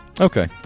Okay